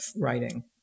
writing